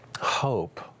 Hope